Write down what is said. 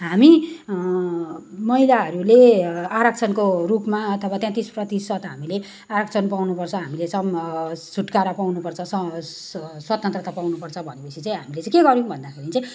हामी महिलाहरूले आरक्षणको रूपमा अथवा त्यात्तिस प्रतिशत हामीले आरक्षण पाउनुपर्छ हामीले चाहिँ छुटकारा पाउनुपर्छ स्वास स्वतन्त्रता पाउनुपर्छ भनेपछि चाहिँ हामीले के गर्यौँ भन्दाखेरि चाहिँ